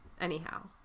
anyhow